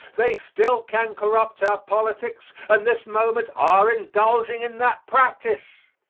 they still can corrupt our politics and this moment are indulging in that practice.